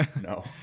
no